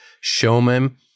showman